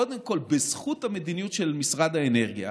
קודם כול, בזכות המדיניות של משרד האנרגיה